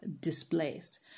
displaced